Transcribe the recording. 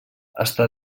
està